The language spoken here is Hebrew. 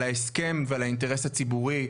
על ההסכם והאינטרס הציבורי,